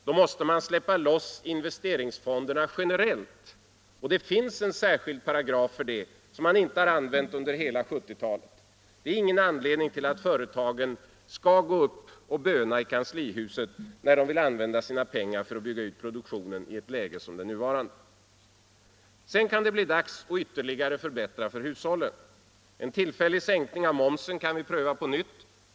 Då måste man släppa loss investeringsfonderna generellt. Och det finns en särskild paragraf för det ändamålet, som inte har använts under hela 1970-talet. Det finns ingen anledning att företagen skall gå upp och böna i kanslihuset när de vill använda sina pengar för att bygga ut produktionen i ett läge som det nuvarande. Sedan kan det bli dags att ytterligare förbättra för hushållen. En tillfällig sänkning av momsen kan vi pröva på nytt.